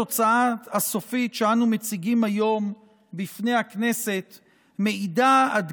התוצאה הסופית שאנו מציגים היום בפני הכנסת מעידה עד